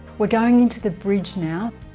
we're going into the bridge now